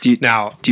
Now